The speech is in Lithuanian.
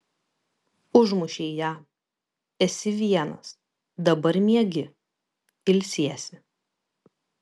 užmušei ją esi vienas dabar miegi ilsiesi